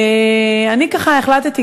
אני החלטתי,